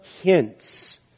hints